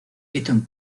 eton